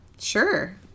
Sure